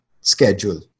schedule